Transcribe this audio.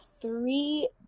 three